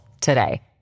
today